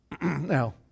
Now